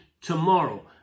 tomorrow